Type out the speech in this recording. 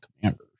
commanders